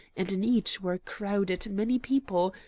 and in each were crowded many people,